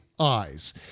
eyes